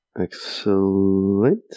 Excellent